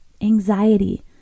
anxiety